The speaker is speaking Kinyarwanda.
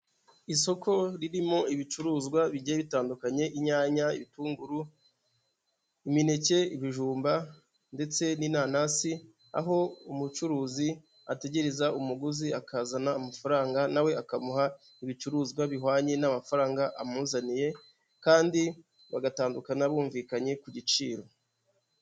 Isoko ririmo ibicuruzwa bigiye bitandukanye inyanya, ibitunguru, imineke, ibijumba ndetse n'inanasi, aho umucuruzi ategereza umuguzi akazana amafaranga, na we akamuha ibicuruzwa bihwanye n'amafaranga amuzaniye kandi bagatandukana bumvikanye ku giciro.